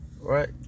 right